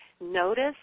notice